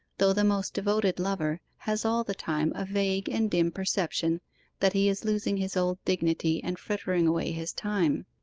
though the most devoted lover has all the time a vague and dim perception that he is losing his old dignity and frittering away his time.